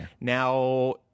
Now